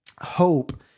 hope